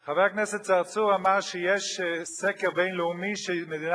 חבר הכנסת צרצור אמר שיש סקר בין-לאומי שמדינת